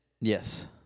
Yes